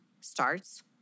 starts